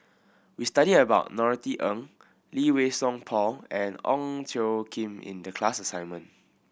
we studied about Norothy Ng Lee Wei Song Paul and Ong Tjoe Kim in the class assignment